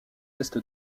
est